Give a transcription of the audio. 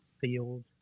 field